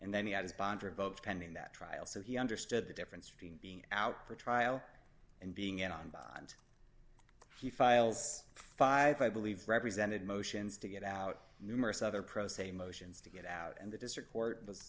and then he had his bond revoked pending that trial so he understood the difference between being out for trial and being out on bond he files five i believe represented motions to get out numerous other pro se motions to get out and the district court was